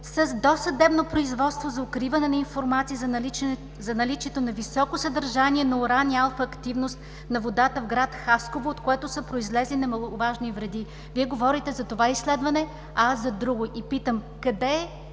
с досъдебно производство за укриване на информация за наличието на високо съдържание на уран и алфа активност на водата в град Хасково, от което са произлезли немаловажни вреди. Вие говорите за това изследване, а аз за друго. Питам: къде е